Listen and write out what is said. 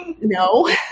no